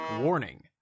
Warning